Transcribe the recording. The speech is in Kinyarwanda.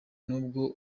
n’ubwo